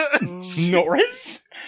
Norris